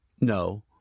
No